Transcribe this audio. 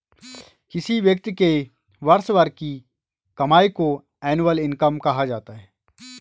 किसी व्यक्ति के वर्ष भर की कमाई को एनुअल इनकम कहा जाता है